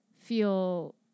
feel